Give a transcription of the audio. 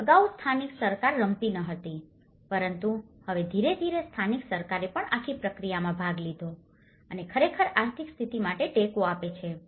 અને અગાઉ સ્થાનિક સરકાર રમતી ન હતી પરંતુ હવે ધીરે ધીરે સ્થાનિક સરકારે પણ આખી પ્રક્રિયામાં ભાગ લીધો છે અને ખરેખર આર્થિક સ્થિતિ માટે ટેકો આપે છે